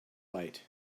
light